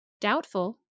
Doubtful